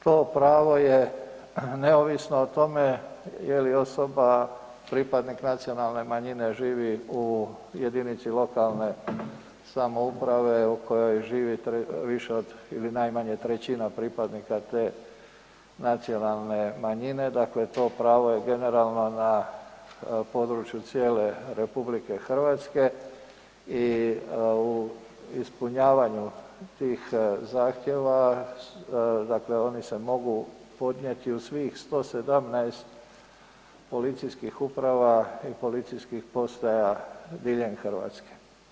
To pravo je neovisno o tome je li osoba pripadnik nacionalne manjine živi u jedinici lokalne samouprave u kojoj živi više od ili najmanje trećina pripadnika te nacionalne manjine, dakle to pravo je generalno na području cijele RH i u ispunjavanju tih zahtjeva, dakle oni se mogu podnijetu u svih 117 policijski uprava i policijskih postaja diljem Hrvatske.